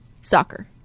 Soccer